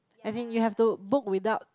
I think you have to book without